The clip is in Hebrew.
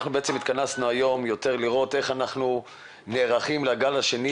אנחנו התכנסנו היום כדי לראות יותר איך אנחנו נערכים לגל השני